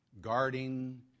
guarding